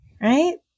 right